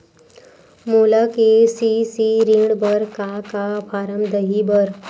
मोला के.सी.सी ऋण बर का का फारम दही बर?